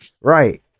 Right